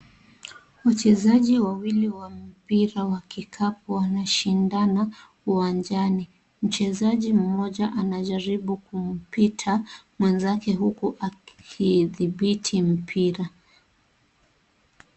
Wachezaji wawili wa mpira wa kikapu wanashindana uwanjani. Mchezaji mmoja anajaribu kumpita mwenzake huku akithibhiti mpira.